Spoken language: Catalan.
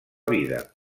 vida